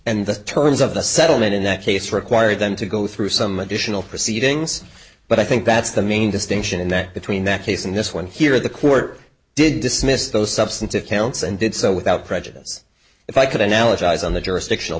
and the terms of the settlement in that case required them to go through some additional proceedings but i think that's the main distinction in that between that case and this one here at the court did dismiss those substantive counts and did so without prejudice if i could analogize on the jurisdiction